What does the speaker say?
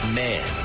man